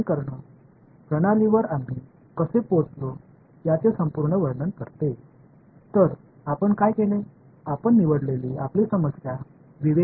அதனால் உங்கள் சிக்கலை நீங்கள் தனித்தனியாக எடுத்துக் கொண்டீர்கள் இது அடிப்படை செயல்பாடுகளின் தொகுப்பைத் தேர்ந்தெடுத்தது